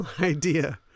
idea